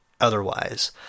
otherwise